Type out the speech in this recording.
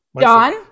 John